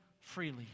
freely